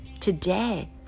Today